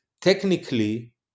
technically